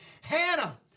Hannah